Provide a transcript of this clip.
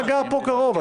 אתה גר פה קרוב.